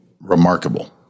remarkable